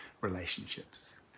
relationships